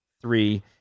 three